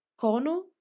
Cono